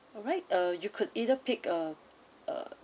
right uh you could either pick a a